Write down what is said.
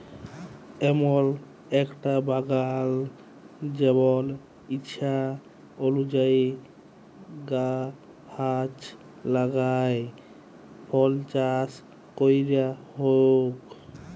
এমল একটা বাগাল জেমল ইছা অলুযায়ী গাহাচ লাগাই ফল চাস ক্যরা হউক